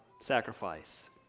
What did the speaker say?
sacrifice